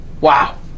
Wow